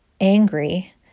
angry